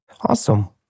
Awesome